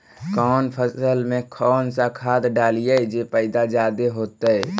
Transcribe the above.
कौन फसल मे कौन सा खाध डलियय जे की पैदा जादे होतय?